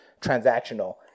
transactional